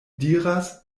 diras